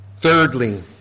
Thirdly